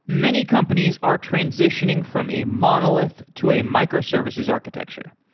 many companies are transitioning from a monolith to a microservices architecture.